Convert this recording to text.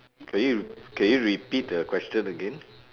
can you can you repeat the question again